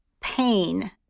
pain